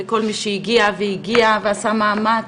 לכל מי שהגיעה והגיע ועשה מאמץ